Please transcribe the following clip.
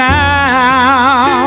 now